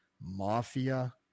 mafia